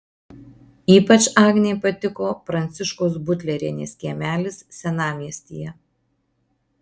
ypač agnei patiko pranciškos butlerienės kiemelis senamiestyje